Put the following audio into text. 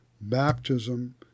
baptism